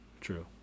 true